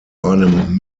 einem